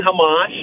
Hamas